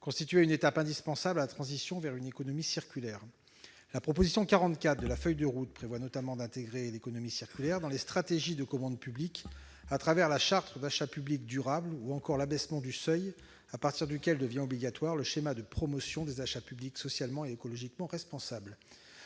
constituait une étape indispensable à la transition vers une économie circulaire. La proposition 44 de la feuille de route prévoit notamment d'intégrer l'économie circulaire dans les stratégies de commandes publiques à travers la charte d'achat public durable ou encore l'abaissement du seuil à partir duquel le schéma de promotion des achats publics socialement et écologiquement responsables